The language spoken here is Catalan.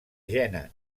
jena